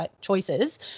choices